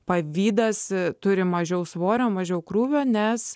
pavydas turi mažiau svorio mažiau krūvio nes